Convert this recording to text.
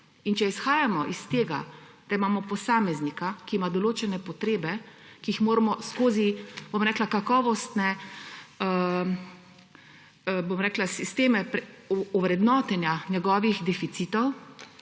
In če izhajamo iz tega, da imamo posameznika, ki ima določene potrebe, ki morajo skozi kakovostne sisteme ovrednotenja njegovih deficitov.